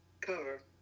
cover